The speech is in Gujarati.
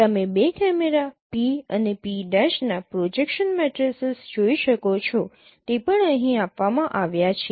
તમે બે કેમેરા P અને P' ના પ્રોજેકશન મેટ્રિસીઝ જોઈ શકો છો તે પણ અહીં આપવામાં આવ્યા છે